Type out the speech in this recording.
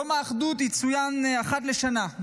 יום האחדות יצוין אחת לשנה,